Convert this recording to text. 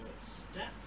stats